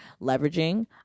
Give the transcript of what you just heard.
leveraging